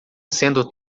sendo